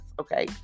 Okay